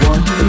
One